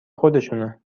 خودشونه